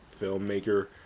filmmaker